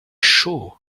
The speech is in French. chaud